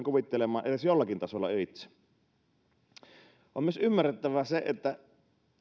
kuvittelemaan edes jollakin tasolla on myös ymmärrettävä se että